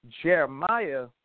Jeremiah